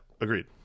agreed